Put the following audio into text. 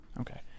Okay